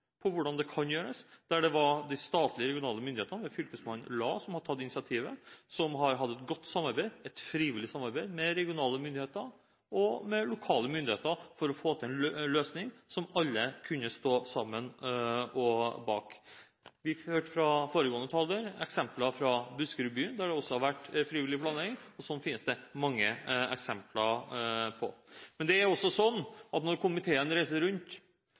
på hvordan det kan gjøres, der de statlige og regionale myndigheter, ved fylkesmann Lae, som har tatt initiativet, har hatt et godt samarbeid. Det var et frivillig samarbeid med regionale myndigheter og med lokale myndigheter for å få til en løsning som alle kunne stå sammen bak. Vi hørte fra foregående taler eksempler fra Buskerudbyen, der det også har vært frivillig planlegging, og sånt fins det mange eksempler på. Men når komiteen reiser rundt,